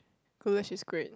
goulash is great